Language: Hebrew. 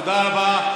תודה רבה.